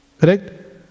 correct